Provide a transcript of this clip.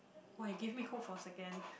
!wah! you give me hope for a second